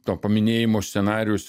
to paminėjimo scenarijus